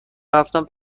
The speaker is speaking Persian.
رفتم